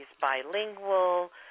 bilingual